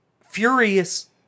furious